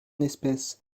espèces